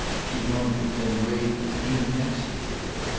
she wondered then gravely, even exquisitely,